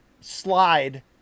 slide